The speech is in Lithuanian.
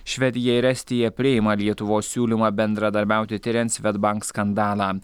švedija ir estija priima lietuvos siūlymą bendradarbiauti tiriant swedbank skandalą